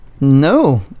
No